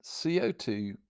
co2